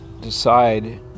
decide